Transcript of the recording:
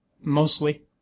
mostly